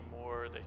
more